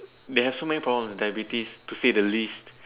they have so many problems diabetes to say the least